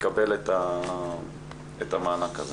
יקבל את המענק הזה.